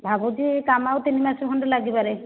ଭାବୁଛି କାମ ଆଉ ତିନିମାସ ଖଣ୍ଡେ ଲାଗିପାରେ